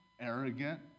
Arrogant